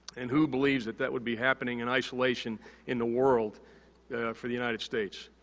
and, who believes that that would be happening in isolation in the world for the united states?